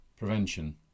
Prevention